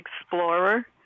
Explorer